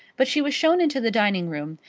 but she was shown into the dining-room,